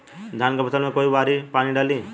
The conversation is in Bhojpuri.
धान के फसल मे कई बारी पानी डाली?